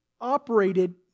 operated